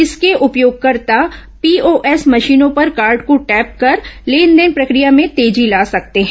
इसके उपयोगकर्ता पीओएस मशीनों पर कार्ड को टैप कर लेनदेन प्रक्रिया में तेजी ला सकते हैं